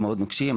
מאוד נוקשים.